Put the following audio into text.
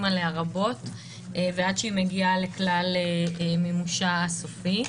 עליה לרבות ועד שהיא מגיעה לכלל מימושה הסופי.